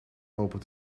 open